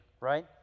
right